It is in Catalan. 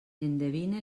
endevine